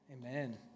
Amen